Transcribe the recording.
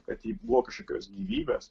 kad ji buvo kažkokios gyvybės